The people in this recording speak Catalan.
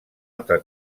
altra